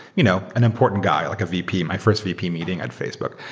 you know an important guy, like a vp. my first vp meeting at facebook.